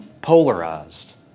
polarized